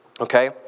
okay